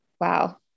Wow